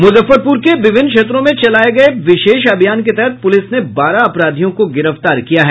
मुजफ्फरपुर के विभिन्न क्षेत्रों में चलाये गये विशेष अभियान के तहत पुलिस ने बारह अपराधियों को गिरफ्तार किया है